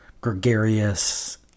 gregarious